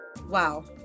Wow